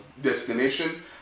destination